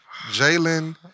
Jalen